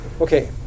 okay